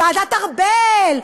ועדת ארבל,